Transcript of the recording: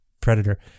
predator